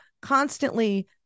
constantly